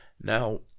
now